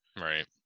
right